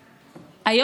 לסדר-היום.